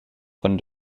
von